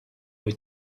way